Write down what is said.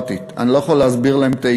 אני יכול להסביר להם את השיטה הדמוקרטית,